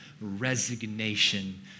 resignation